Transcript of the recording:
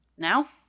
Now